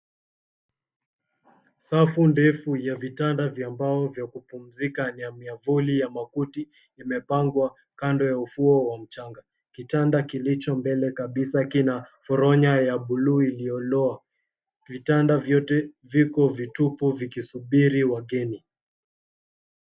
Safu ndefu ya vitanda vya mbao vya kupumzika na miamvuli ya makuti imepangwa kando ya ufuo wa mchanga. Kitanda kilicho mbele kabisa kina foronya ya buluu iliyo loa. Vitanda vyote viko vitupu vikisubiri wageni.